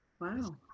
Wow